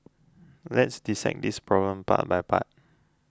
let's dissect this problem part by part